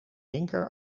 linker